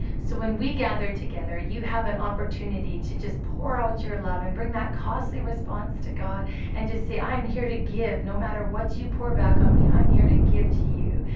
so when we gather together, you have an opportunity to just pour out your love and bring that costly response to god and just say, i'm here to give no matter what you pour back on me. i'm here to give to you.